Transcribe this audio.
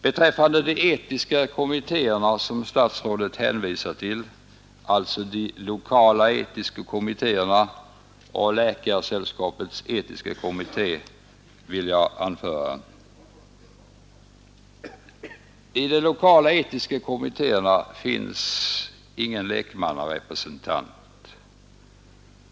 Beträffande de etiska kommittéerna som statsrådet hänvisar till — alltså de lokala etiska kommittéerna och Läkaresällskapets etiska kommitté — vill jag anföra: I de lokala etiska kommittéerna finns ingen lekmannarepresentant.